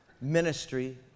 ministry